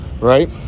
right